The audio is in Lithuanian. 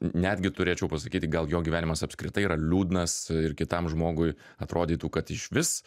netgi turėčiau pasakyti gal jo gyvenimas apskritai yra liūdnas ir kitam žmogui atrodytų kad iš vis